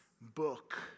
book